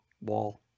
wall